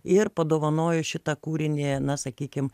ir padovanojo šitą kūrinį na sakykim